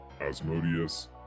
Asmodeus